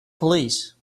police